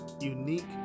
unique